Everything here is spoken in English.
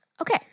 Okay